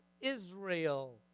Israel